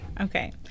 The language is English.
okay